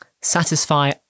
satisfy